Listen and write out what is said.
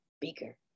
bigger